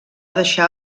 deixar